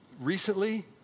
recently